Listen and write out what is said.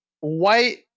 white